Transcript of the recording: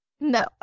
No